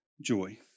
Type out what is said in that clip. joy